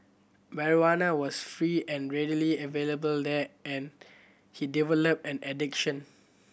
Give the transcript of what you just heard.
marijuana was free and readily available there and he developed an addiction